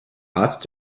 art